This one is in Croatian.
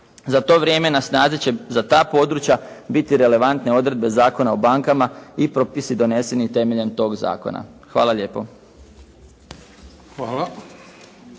Za to vrijeme na snazi će za ta područja biti relevantne odredbe Zakona o bankama i propisi doneseni temeljem tog zakona. Hvala lijepo.